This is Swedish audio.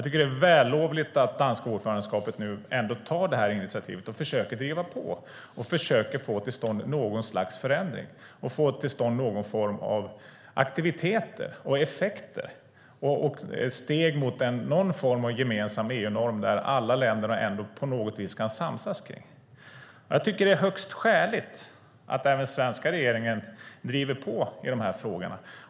Det är vällovligt att det danska ordförandeskapet ändå tar initiativet och försöker driva på och få till stånd något slags förändring, aktiviteter, effekter, steg mot någon form av gemensam EU-norm som alla länder kan samsas om. Det är högst skäligt att även svenska regeringen driver på i frågorna.